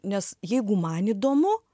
nes jeigu man įdomu